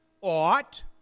ought